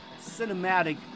cinematic